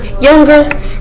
younger